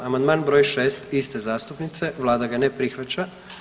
Amandman br. 6 iste zastupnice, Vlada ga ne prihvaća.